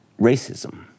racism